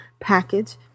package